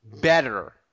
better